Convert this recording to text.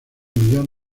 millón